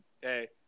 Hey